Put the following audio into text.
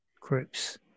groups